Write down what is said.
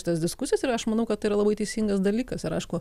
šitas diskusijas ir aš manau kad yra labai teisingas dalykas ir aišku